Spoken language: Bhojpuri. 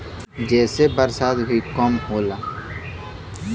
जेसे बरसात भी कम होला